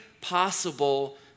possible